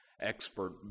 expert